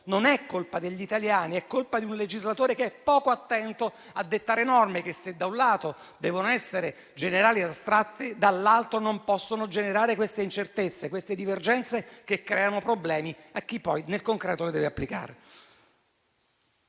Non è colpa degli italiani: è colpa di un legislatore che è poco attento a dettare norme che, se da un lato devono essere generali e astratte, dall'altro non possono generare incertezze e divergenze che creano problemi a chi poi nel concreto le deve applicare.